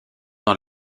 dans